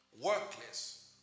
workless